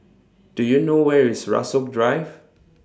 Do YOU know Where IS Rasok Drive